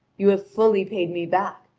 you have fully paid me back,